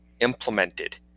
implemented